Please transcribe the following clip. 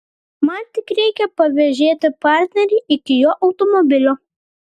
man tik reikia pavėžėti partnerį iki jo automobilio